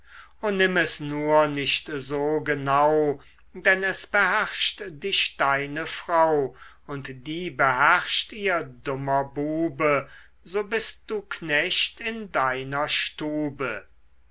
o nimm es nur nicht so genau denn es beherrscht dich deine frau und die beherrscht ihr dummer bube so bist du knecht in deiner stube